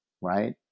right